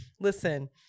listen